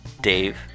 Dave